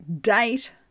date